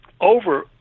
over